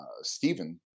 Stephen